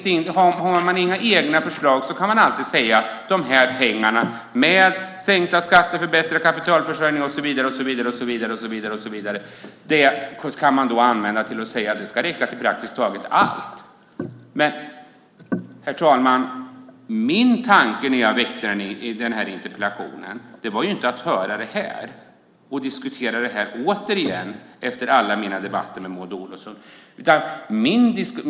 Har man inga egna förslag kan man alltid tala om sänkta skatter, förbättrad kapitalförsörjning och så vidare i all oändlighet. Man kan använda det till att säga att de här pengarna ska räcka till praktiskt taget allt. Men, herr talman, min tanke när jag ställde interpellationen var inte att få höra och att få diskutera det här återigen efter alla mina debatter med Maud Olofsson.